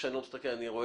ככל שאני מסתכל על זה.